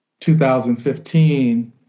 2015